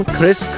Chris